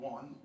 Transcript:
One